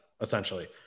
essentially